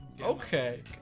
okay